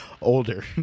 Older